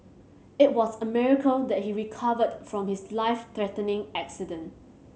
it was a miracle that he recovered from his life threatening accident